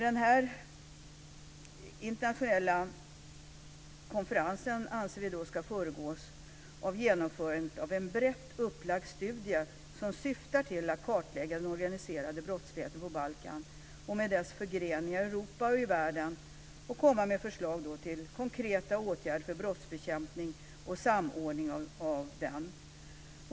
Denna internationella konferens anser vi ska föregås av genomförandet av en brett upplagd studie som syftar till att kartlägga den organiserade brottsligheten på Balkan med dess förgreningar i Europa och i världen och komma med förslag till konkreta åtgärder för brottsbekämpning och samordning av den.